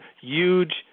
huge